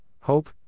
hope